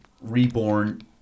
reborn